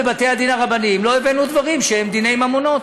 בבתי-הדין הרבניים לא הבאנו דברים של דיני ממונות,